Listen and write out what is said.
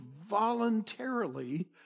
voluntarily